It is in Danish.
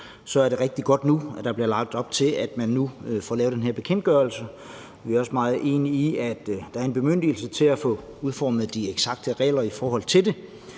er det rigtig godt, at der nu bliver lagt op til, at man får lavet den her bekendtgørelse. Vi er også meget enige i, at der er en bemyndigelse til at få udformet de eksakte regler i forhold til det.